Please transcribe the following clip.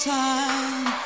time